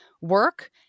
work